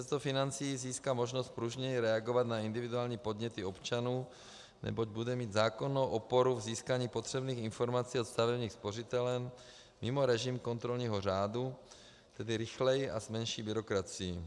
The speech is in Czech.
Ministerstvo financí získá možnost pružněji reagovat na individuální podněty občanů, neboť bude mít zákonnou oporu v získání potřebných informací od stavebních spořitelen mimo režim kontrolního řádu, tedy rychleji a s menší byrokracií.